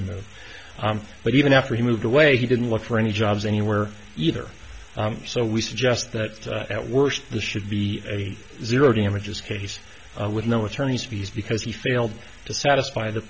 to move but even after he moved away he didn't look for any jobs anywhere either so we suggest that at worst the should be a zero damages case with no attorney's fees because he failed to satisfy the